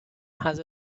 has